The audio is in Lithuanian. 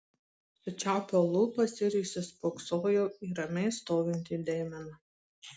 sučiaupiau lūpas ir įsispoksojau į ramiai stovintį deimeną